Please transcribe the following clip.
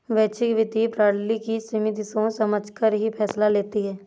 वैश्विक वित्तीय प्रणाली की समिति सोच समझकर ही फैसला लेती है